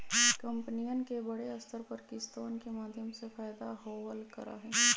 कम्पनियन के बडे स्तर पर किस्तवन के माध्यम से फयदा होवल करा हई